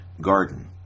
garden